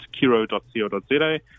kiro.co.za